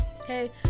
Okay